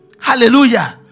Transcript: Hallelujah